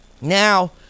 now